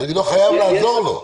אני לא חייב לעזור לו.